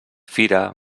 fira